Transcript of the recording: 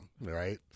right